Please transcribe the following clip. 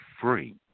free